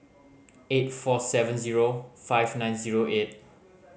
eight four seven zero five nine zero eight